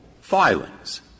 filings